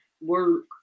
work